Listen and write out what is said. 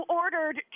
ordered